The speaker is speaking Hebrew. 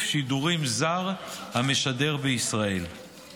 שידורים זר המשדר בישראל בביטחון המדינה.